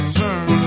turn